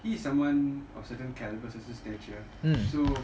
he is someone of certain calibre certain stature so